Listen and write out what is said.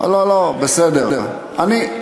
לא לא, בסדר, אני,